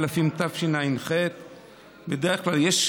התשע"ח 2018. חוק